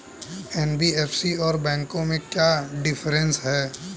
NBFC और बैंकों में क्या डिफरेंस है?